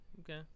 Okay